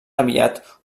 aviat